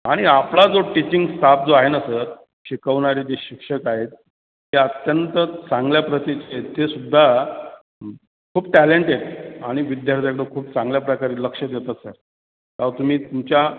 आणि आपला जो टीचिंग स्टाफ जो आहे ना सर शिकवणारे जे शिक्षक आहेत ते अत्यंत चांगल्या प्रतीचे ते सुुद्धा खूप टॅलेंटेड आणि विद्यार्थ्याकडं खूप चांगल्या प्रकारे लक्ष देतात सर अ त्या तुम्ही तुमच्या